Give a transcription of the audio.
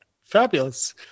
Fabulous